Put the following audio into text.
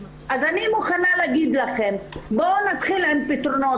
אני מוכנה לומר לכם שבואו נתחיל עם פתרונות.